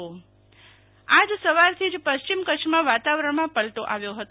શિતલ વૈશ્નવ હવામાન આજ સવારથી જ પશ્ચિમ કચ્છમાં વાતાવરણમાં પલટો આવ્યો હતો